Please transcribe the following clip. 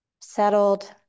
settled